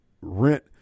rent